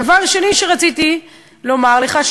דבר שני שרציתי לומר לך,